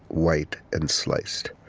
white and sliced,